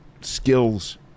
skills